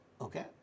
Okay